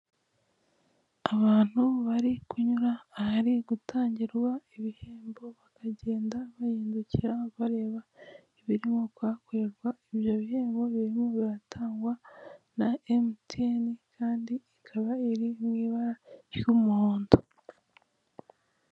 Abantu bari kunyura ahari gutangirwa ibihembo bagenda bahindukira bareba ibirimo kuhakorerwa, ibyo bihembo birimo biratangwa na emutiyeni kandi bikaba biri mu ibara ry'umuhondo.